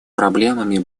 проблемами